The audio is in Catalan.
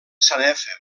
sanefa